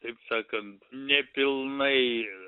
taip sakant nepilnai